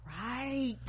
right